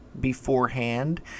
beforehand